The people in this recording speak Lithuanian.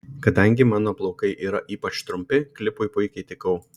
kadangi mano plaukai yra ypač trumpi klipui puikiai tikau